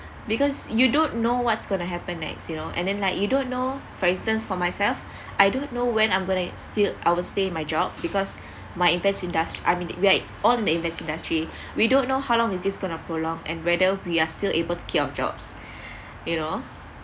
because you don't know what's going to happen next you know and then like you don't know for instance for myself I don't know when I'm going to still I will in stay my job because my invest indust~ I mean we are all in the invest industry we don't know how long is this going to prolonged and whether we are still able to keep our jobs you know